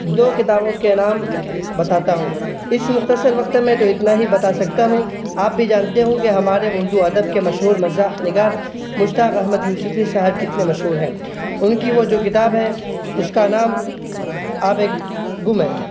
دو کتابوں کے نام بتاتا ہوں اس مختصر وقت میں تو اتنا ہی بتا سکتا ہوں آپ بھی جانتے ہوں گے ہمارے اردو ادب کے مشہور مزاح نگار مشتاق احمد یوسفی صاحب کتنے مشہور ہیں ان کی وہ جو کتاب ہے اس کا نام آبِ گم ہے